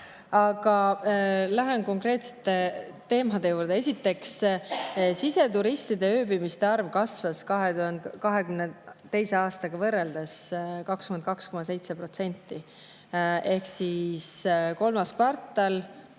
Aga lähen konkreetsete teemade juurde. Esiteks, siseturistide ööbimiste arv kasvas 2022. aastaga võrreldes 22,7%. [2022. aastal] kolmandas kvartalis